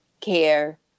care